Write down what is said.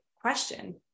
question